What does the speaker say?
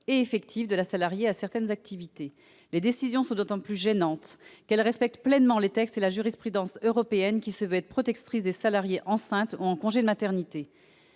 et effective de la salariée à certaines activités. Ces décisions sont d'autant plus gênantes qu'elles respectent pleinement les textes et la jurisprudence européens, qui se veulent protecteurs des salariées enceintes ou en congé de maternité.